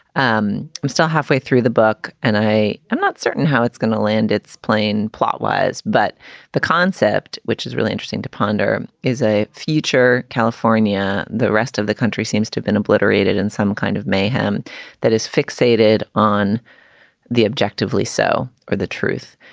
um i'm still halfway through the book and i am not certain how it's going to land its plane plot wise. but the concept, which is really interesting to ponder, is a future california. the rest of the country seems to have been obliterated in some kind of mayhem that is fixated on the objectively so or the truth.